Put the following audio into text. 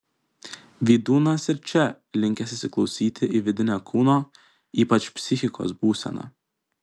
vydūnas ir čia linkęs įsiklausyti į vidinę kūno ypač psichikos būseną